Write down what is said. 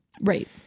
right